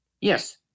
Yes